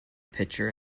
pitcher